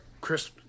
chris